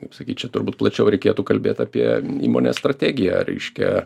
kaip sakyt čia turbūt plačiau reikėtų kalbėt apie įmonės strategiją reiškia